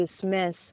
dismiss